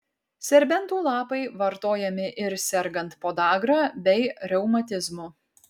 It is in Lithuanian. serbentų lapai vartojami ir sergant podagra bei reumatizmu